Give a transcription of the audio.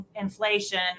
inflation